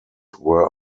were